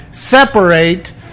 separate